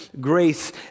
grace